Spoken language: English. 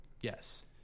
yes